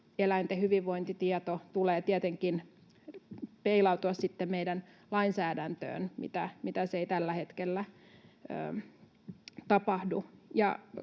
eläinten hyvinvointitiedon tulee tietenkin peilautua sitten meidän lainsäädäntöön, mitä ei tällä hetkellä tapahdu.